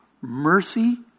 Mercy